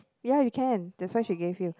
ya you can that's why she gave you